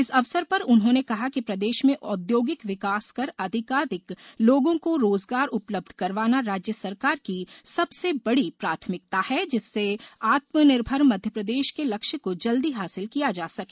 इस अवसर पर उन्होंने कहा कि प्रदेश में औद्योगिक विकास कर अधिकाधिक लोगों को रोजगार उपलब्ध करवाना राज्य सरकार की सबसे बड़ी प्राथमिकता है जिससे आत्मनिर्भर मध्यप्रदेश के लक्ष्य को जल्दी हासिल किया जा सके